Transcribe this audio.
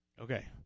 Okay